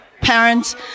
parents